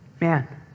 Man